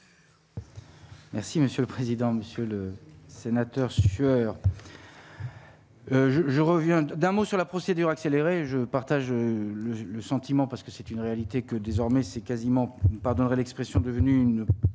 Merci monsieur le président, Monsieur le Sénateur. Je je reviens d'un mot sur la procédure accélérée, je partage le sentiment parce que c'est une réalité que, désormais, c'est quasiment plus pardonnerez l'expression devenue une